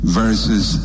verses